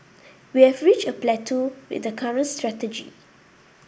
we have reached a plateau with the current strategy